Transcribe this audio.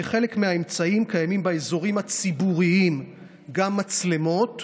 כחלק מהאמצעים קיימות באזורים הציבוריים גם מצלמות.